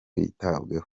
yitabweho